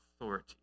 authority